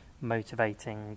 motivating